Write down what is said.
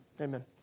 Amen